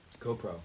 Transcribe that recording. GoPro